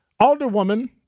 Alderwoman